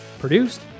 produced